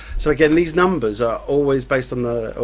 so again, these numbers are always based on the,